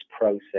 process